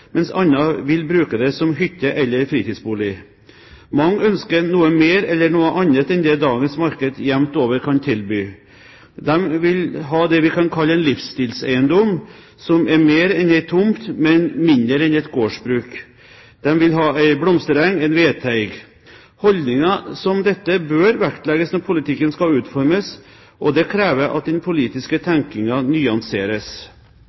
mens andre vil bruke den som hytte eller fritidsbolig. Mange ønsker noe mer eller noe annet enn det dagens marked jevnt over kan tilby. De vil ha det vi kan kalle en livsstilseiendom, som er mer enn en tomt, men mindre enn et gårdsbruk. De vil ha en blomstereng og en vedteig. Holdninger som dette bør vektlegges når politikken skal utformes, og det krever at den politiske